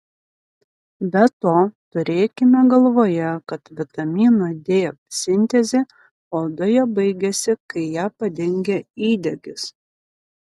be to turėkime galvoje kad vitamino d sintezė odoje baigiasi kai ją padengia įdegis